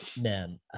man